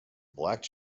black